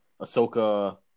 Ahsoka